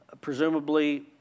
Presumably